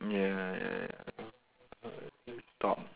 ya ya ya stop